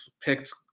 picked